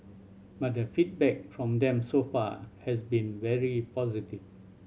but the feedback from them so far has been very positive